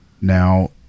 Now